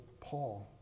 Paul